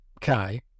Kai